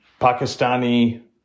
Pakistani